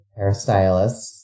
hairstylists